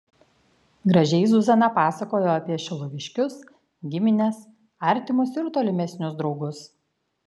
gražiai zuzana pasakojo apie šiluviškius gimines artimus ir tolimesnius draugus